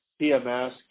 PMS